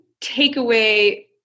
takeaway